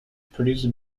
produce